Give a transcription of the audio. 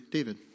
David